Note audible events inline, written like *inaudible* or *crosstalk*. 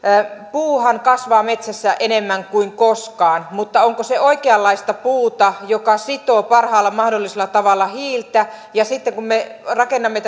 puuhan kasvaa metsässä enemmän kuin koskaan mutta onko se oikeanlaista puuta joka sitoo parhaalla mahdollisella tavalla hiiltä ja sitten kun me rakennamme *unintelligible*